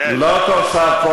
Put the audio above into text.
לא תוספות.